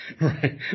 Right